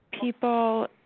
people